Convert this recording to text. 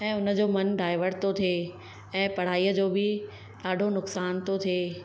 ऐं हुन जो मनु डाइवर्ट थो थिए ऐं पढ़ाईअ जो बि ॾाढो नुक़सान थो थिए